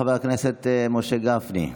חבר הכנסת משה גפני,